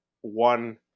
one